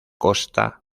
costa